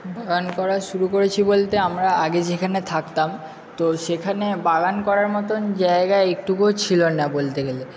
বাগান করা শুরু করেছি বলতে আমরা আগে যেখানে থাকতাম তো সেখানে বাগান করার মতো জায়গা একটুকুও ছিলো না বলতে গেলে